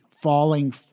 falling